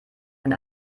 ein